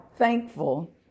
thankful